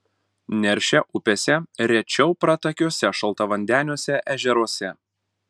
neršia upėse rečiau pratakiuose šaltavandeniuose ežeruose